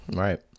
right